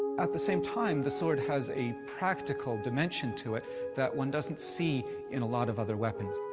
at the same time, the sword has a practical dimension to it that one doesn't see in a lot of other weapons.